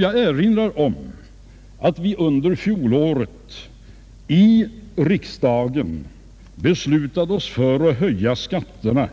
Jag erinrar om att riksdagen under fjolåret beslöt att höja skatterna